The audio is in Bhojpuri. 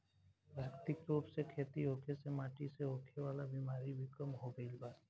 प्राकृतिक रूप से खेती होखे से माटी से होखे वाला बिमारी भी कम हो गईल बा